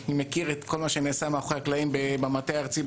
אני מכיר את כל מה שנעשה מאחורי הקלעים במטה הארצי,